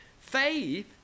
Faith